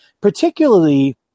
particularly